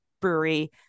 brewery